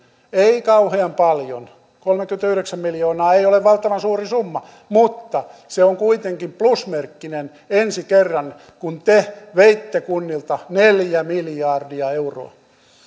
ei kauhean paljon kolmekymmentäyhdeksän miljoonaa ei ole valtavan suuri summa mutta se on kuitenkin plusmerkkinen ensi kerran kun te veitte kunnilta neljä miljardia euroa